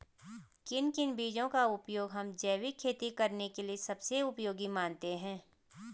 किन किन बीजों का उपयोग हम जैविक खेती करने के लिए सबसे उपयोगी मानते हैं?